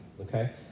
okay